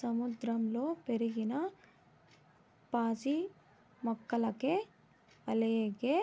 సముద్రంలో పెరిగిన పాసి మొక్కలకే ఆల్గే